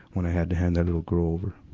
when i had to hand that little girl over.